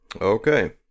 Okay